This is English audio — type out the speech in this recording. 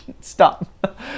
stop